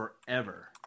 forever